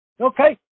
okay